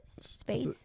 space